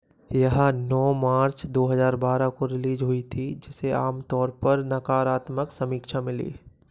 यह नौ मार्च दो हजार बारह को रिलीज़ हुई थी जिसे आमतौर पर नकारात्मक समीक्षा मिली